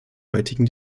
heutigen